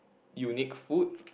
unique food